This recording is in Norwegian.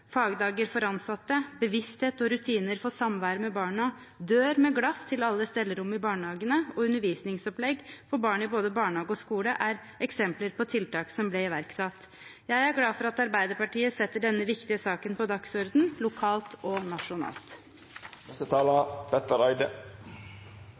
fagdager for ansatte, bevissthet og rutiner for samvær med barna, dør med glass i til alle stellerom i barnehagene og undervisningsopplegg for barn i både barnehage og skole er eksempler på tiltak som ble iverksatt. Jeg er glad for at Arbeiderpartiet setter denne viktige saken på dagsordenen – lokalt og nasjonalt.